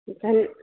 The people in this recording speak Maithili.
धन